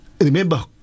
Remember